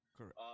Correct